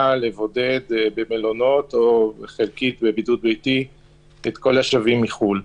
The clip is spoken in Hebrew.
לבודד במלונות או בבידוד ביתי את כל השבים מחו"ל.